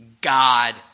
God